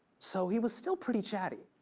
so he was still pretty chatty.